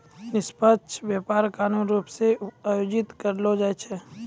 निष्पक्ष व्यापार कानूनी रूप से आयोजित करलो जाय छै